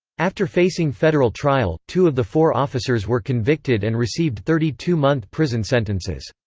after facing federal trial, two of the four officers were convicted and received thirty two month prison sentences.